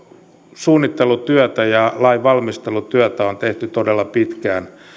suunnittelutyötä ja lainvalmistelutyötä on tehty todella pitkään